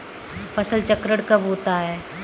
फसल चक्रण कब होता है?